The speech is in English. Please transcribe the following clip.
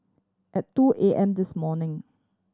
at two A M this morning